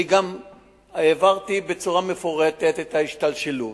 אני גם העברתי בצורה מפורטת את ההשתלשלות.